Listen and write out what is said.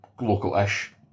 Local-ish